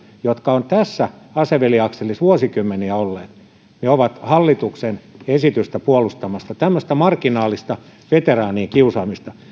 jotka ovat tässä aseveliakselissa vuosikymmeniä olleet ovat hallituksen esitystä puolustamassa tämmöistä marginaalista veteraanien kiusaamista